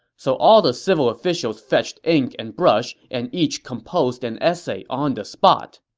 so all the civil officials fetched ink and brush and each composed an essay on the spot.